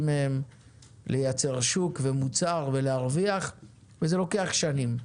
מהן ליצר שוק ומוצר ולהרוויח וזה לוקח שנים.